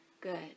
Good